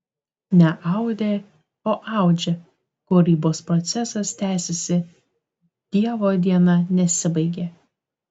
ne audė o audžia kūrybos procesas tęsiasi dievo diena nesibaigė